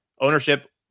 ownership